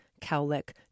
cowlick